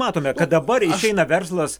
matome kad dabar išeina verslas